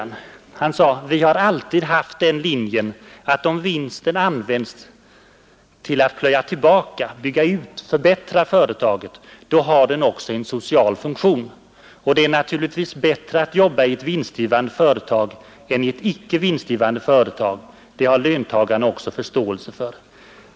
Han sade bl.a.: ”Vi har alltid haft den linjen att om vinsten används till att plöja tillbaka, bygga ut, förbättra företaget, då har den också en social funktion. Och det är naturligtvis bättre att jobba i ett vinstgivande företag än i ett icke vinstgivande företag, det har löntagarna också förståelse för.